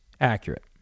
accurate